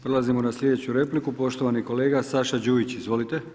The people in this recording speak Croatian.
Prelazimo na sljedeću repliku poštovani kolega Saša Đujić, izvolite.